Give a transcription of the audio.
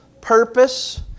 purpose